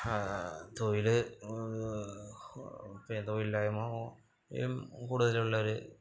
തൊഴിൽ ഭേദമില്ലായ്മയും കൂടുതലുള്ളൊരു